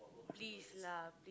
please lah p~